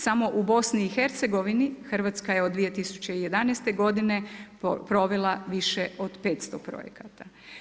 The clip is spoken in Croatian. Samo u BiH Hrvatska je od 2011. godine provela više od 500 projekata.